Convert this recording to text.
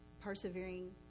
persevering